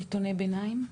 נתוני ביניים?